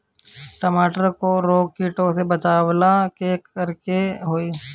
टमाटर को रोग कीटो से बचावेला का करेके होई?